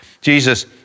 Jesus